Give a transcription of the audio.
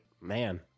man